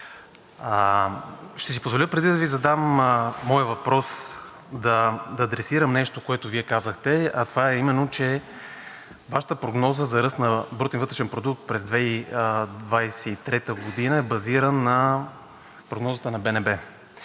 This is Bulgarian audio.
Ще си позволя, преди да Ви задам моя въпрос, да адресирам нещо, което Вие казахте, а това е именно, че Вашата прогноза за ръст на брутния вътрешен продукт през 2023 г. е базирана на прогнозата на БНБ.